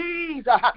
Jesus